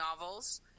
novels